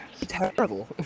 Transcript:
Terrible